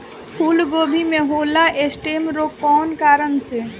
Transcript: फूलगोभी में होला स्टेम रोग कौना कारण से?